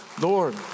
Lord